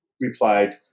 replied